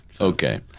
Okay